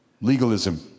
Legalism